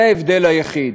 זה ההבדל היחיד.